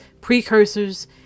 precursors